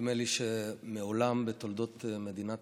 נדמה לי שמעולם בתולדות מדינת